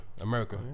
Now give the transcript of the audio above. America